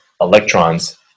electrons